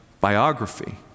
biography